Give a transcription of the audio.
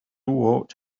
walked